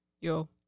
Yo